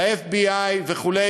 ל-FBI וכו',